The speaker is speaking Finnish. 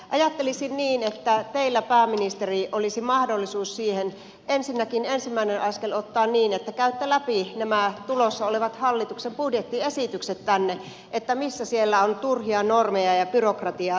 ajattelisin niin että teillä pääministeri olisi mahdollisuus siihen ensinnäkin ensimmäinen askel ottaa niin että käytte läpi nämä tänne tulossa olevat hallituksen budjettiesitykset missä siellä on turhia normeja ja byrokratiaa tulossa